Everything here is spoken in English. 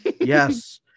Yes